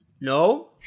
No